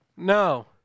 No